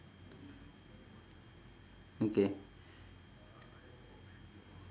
okay